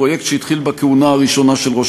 פרויקט שהתחיל בכהונה הראשונה של ראש